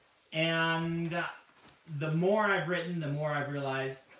and the more and i've written, the more i've realized